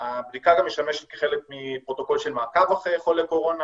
הבדיקה גם משמשת כחלק מפרוטוקול של מעקב אחרי חולה קורונה